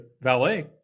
valet